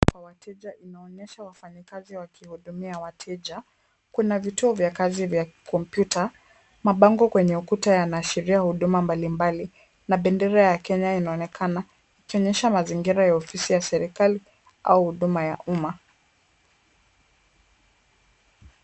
Kwa wateja inaonyesha wafanyikazi wakihudumia wateja. Kuna vituo vya kazi vya kompyuta. Mabango kwenye ukuta yanaashiria huduma mbalimbali na bendera ya Kenya inaonekana ikionyesha mazingira ya ofisi ya serikali au huduma ya umma.